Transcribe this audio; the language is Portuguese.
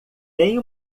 tem